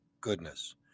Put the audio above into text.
goodness